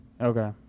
Okay